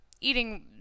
eating